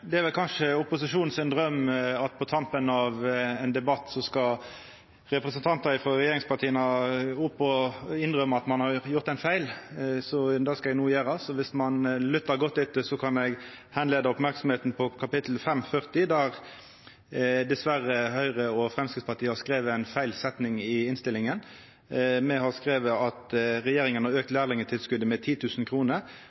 Det er vel kanskje opposisjonen sin draum at på tampen av ein debatt skal representantar frå regjeringspartia opp og innrømma at ein har gjort ein feil. Så det skal eg no gjera. Viss ein lyttar godt etter, kan eg leia merksemda mot kapittel 540 der Høgre og Framstegspartiet dessverre har skrive ei feil setning i innstillinga. Me har skrive at regjeringa har